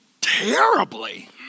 Terribly